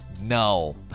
no